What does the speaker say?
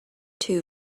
too